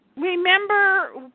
Remember